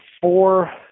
four